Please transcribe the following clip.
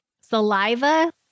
Saliva